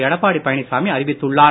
எடப்பாடி பழனிச்சாமி அறிவித்துள்ளார்